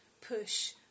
push